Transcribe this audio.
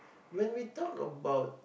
when we talk about